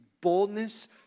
boldness